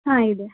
ಹಾಂ ಇದೆ